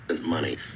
money